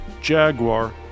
Jaguar